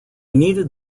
needed